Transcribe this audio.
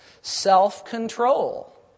self-control